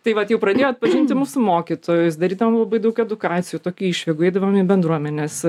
tai vat jau pradėjo atpažinti mūsų mokytojus darydavom labai daug edukacijų tokių išvykų eidavom į bendruomenes